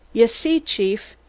yer see, chief,